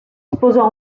sposò